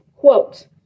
Quote